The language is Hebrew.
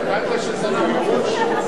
שקלת שזה מייאוש,